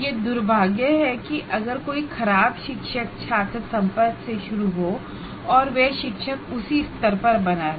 यह दुर्भाग्य है की अगर कोई शिक्षक खराब टीचर स्टुडेंट इंटरेक्शन से शुरू होकर उसी स्तर पर बना रहे